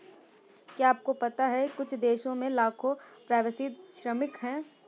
क्या आपको पता है कुछ देशों में लाखों प्रवासी श्रमिक हैं?